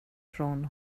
från